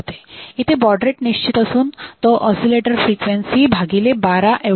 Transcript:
इथे baud rate निश्चित असून तो ऑसीलेटर फ्रिक्वेन्सी भागिले बारा एवढा असतो